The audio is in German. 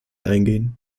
eingehen